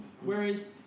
Whereas